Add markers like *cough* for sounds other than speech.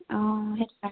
অঁ *unintelligible*